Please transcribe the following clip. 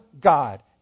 God